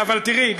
אבל תראי,